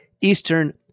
Eastern